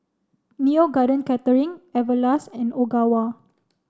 Neo Garden Catering Everlast and Ogawa